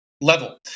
level